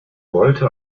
wollte